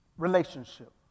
relationship